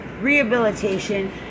rehabilitation